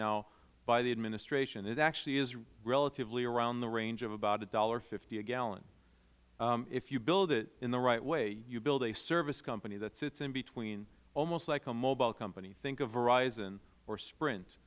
now by the administration it actually is relatively around the range of about one dollar fifty cents a gallon if you build it in the right way you build a service company that sits in between almost like a mobile company think of verizon or sprint